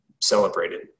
celebrated